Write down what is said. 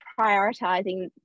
prioritizing